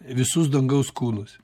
visus dangaus kūnus